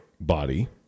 body